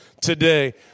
today